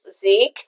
Zeke